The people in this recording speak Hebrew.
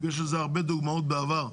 ויש לזה הרבה דוגמאות בעבר.